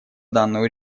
данную